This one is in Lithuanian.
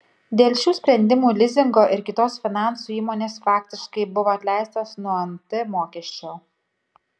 dėl šių sprendimų lizingo ir kitos finansų įmonės faktiškai buvo atleistos nuo nt mokesčio